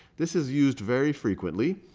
this is used very frequently.